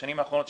בשנים האחרונות,